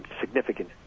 significant